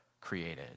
created